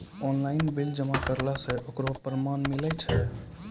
Online bill जमा करला से ओकरौ परमान मिलै छै?